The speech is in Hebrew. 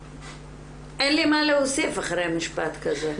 אין לי מה להוסיף אחרי משפט כזה.